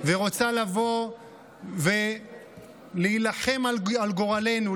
ורוצה לבוא ולהילחם על גורלנו,